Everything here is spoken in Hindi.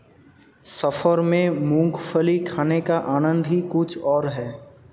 सफर में मूंगफली खाने का आनंद ही कुछ और है